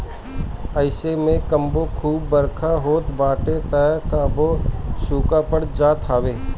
अइसे में कबो खूब बरखा होत बाटे तअ कबो सुखा पड़ जात हवे